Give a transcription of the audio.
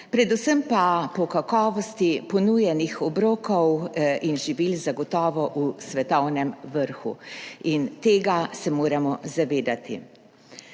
predvsem pa po kakovosti ponujenih obrokov in živil zagotovo v svetovnem vrhu. Tega se moramo zavedati.